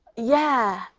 yeah.